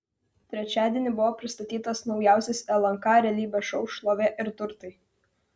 trečiadienį buvo pristatytas naujausias lnk realybės šou šlovė ir turtai